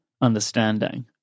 understanding